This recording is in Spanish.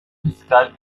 fiscal